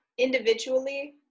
Individually